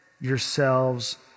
yourselves